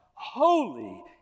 Holy